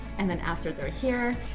and then after they're here,